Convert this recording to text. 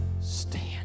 stand